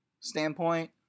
standpoint